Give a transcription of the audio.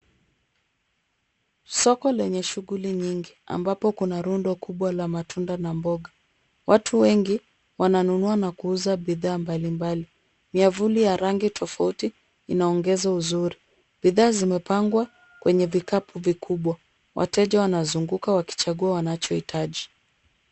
Soko lenye shughuli nyingi ambapo kuna rundo kubwa la matunda na mboga. Watu wengi wananunua na kuuza bidhaa mbalimbali. Miavuli ya rangi tofauti inaongeza uzuri. Bidhaa zimepangwa kwenye vikapu vikubwa. Wateja wanazunguka wakichagua wanachohitaji.